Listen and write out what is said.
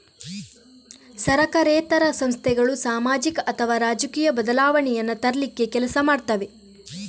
ಸರಕಾರೇತರ ಸಂಸ್ಥೆಗಳು ಸಾಮಾಜಿಕ ಅಥವಾ ರಾಜಕೀಯ ಬದಲಾವಣೆಯನ್ನ ತರ್ಲಿಕ್ಕೆ ಕೆಲಸ ಮಾಡ್ತವೆ